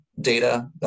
data